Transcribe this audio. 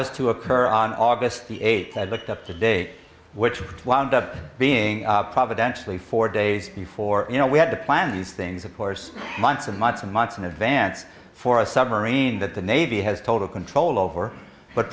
was to occur on august the eighth had looked up to date which wound up being providentially four days before you know we had to plan these things of course months and months and months in advance for a submarine that the navy has total control over